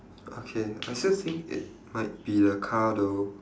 okay I still think it might be the car though